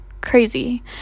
crazy